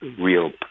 real